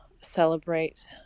celebrate